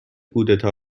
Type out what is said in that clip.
کودتا